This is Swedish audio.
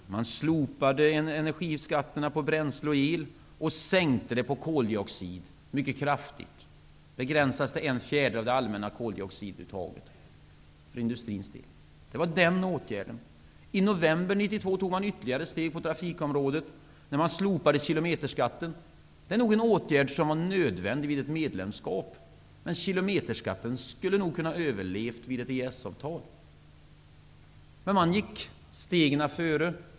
Man slopade energiskatterna på bränsle och el och sänkte skatten mycket kraftigt på koldioxid. Den begränsades till en fjärdedel av det allmänna koldioxiduttaget för industrins del. Det var den åtgärden. I november 1992 tog man ytterligare steg på trafikområdet. Då slopades kilometerskatten. Det är nog en åtgärd som var nödvändig för ett medlemskap, men kilometerskatten skulle nog kunna ha överlevt vid ett EES-avtal. Men man gick stegen före.